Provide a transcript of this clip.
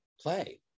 play